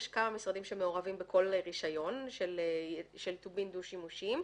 יש כמה משרדים שמעורבים בכל רישיון של טובין דו שימושיים,